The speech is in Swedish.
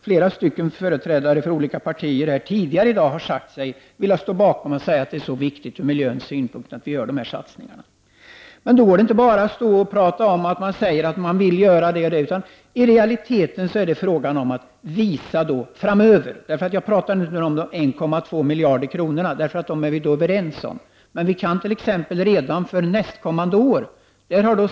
Flera företrädare från olika partier har här i dag sagt att det är viktigt ur miljösynpunkt att vi gör de här satsningarna. Då går det inte bara att stå och säga att man vill göra det och det, utan det är i realiteten fråga om att framöver visa detta. Jag talar nu inte om de 1,2 miljarder kronor som vi är överens om, vi kan t.ex. göra någonting redan nästkommande år.